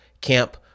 camp